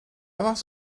fath